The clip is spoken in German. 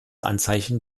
anzeichen